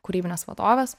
kūrybinės vadovės